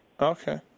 Okay